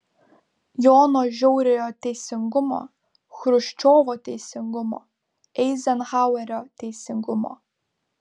jono žiauriojo teisingumo chruščiovo teisingumo eizenhauerio teisingumo